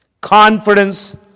Confidence